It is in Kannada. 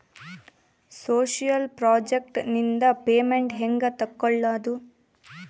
ಸೋಶಿಯಲ್ ಪ್ರಾಜೆಕ್ಟ್ ನಿಂದ ಪೇಮೆಂಟ್ ಹೆಂಗೆ ತಕ್ಕೊಳ್ಳದು?